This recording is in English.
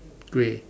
grey